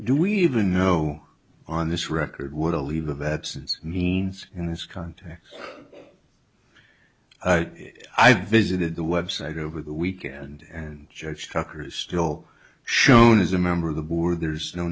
do we even know on this record what a leave of absence means in this context i visited the website over the weekend and judge trucker's still showing as a member of the board there's no